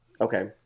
okay